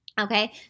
Okay